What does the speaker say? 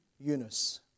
Eunice